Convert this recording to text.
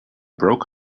broke